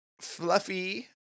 Fluffy